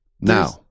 Now